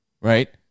Right